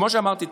כמו שאמרתי,